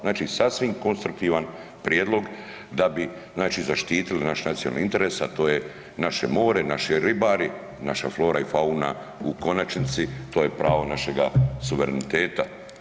Znači, sasvim konstruktivan prijedlog da bi, znači zaštitili naše nacionalne interese, a to je naše more, naši ribare, naša flora i fauna u konačnici, to je pravo našega suvereniteta.